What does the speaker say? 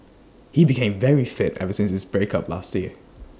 he became very fit ever since his breakup last year